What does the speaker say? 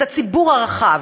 את הציבור הרחב.